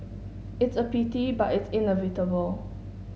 it's a pity but it's inevitable